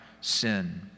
sin